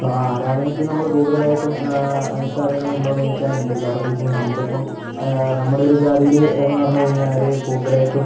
ആരാധനക്ക് നമ്മള് കൂടുതലായിട്ടും അനുഷ്ഠാനങ്ങൾ ഉണ്ടോ എന്ന് ചോദിച്ചാൽ ഉണ്ട് കാരണമെന്ന് വെച്ച് കഴിഞ്ഞാൽ നമ്മളിപ്പം നമ്മുടെ ഒരു ജാതിയിൽ എന്ന് പറഞ്ഞു കഴിഞ്ഞാല് കൂടുതലായിട്ടും